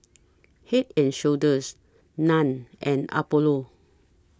Head and Shoulders NAN and Apollo